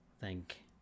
thank